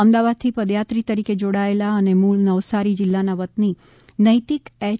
અમદાવાદથી પદયાત્રી તરીકે જોડાયેલા અને મુળ નવસારી જિલ્લાના વતની નૈતિક એચ